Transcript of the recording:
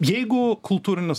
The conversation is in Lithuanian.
jeigu kultūrinis